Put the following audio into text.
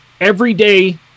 everyday